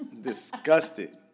Disgusted